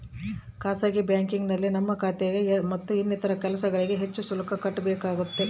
ಖಾಸಗಿ ಬ್ಯಾಂಕಿಂಗ್ನಲ್ಲಿ ನಮ್ಮ ಖಾತೆ ಮತ್ತು ಇನ್ನಿತರ ಕೆಲಸಗಳಿಗೆ ಹೆಚ್ಚು ಶುಲ್ಕ ಕಟ್ಟಬೇಕಾಗುತ್ತದೆ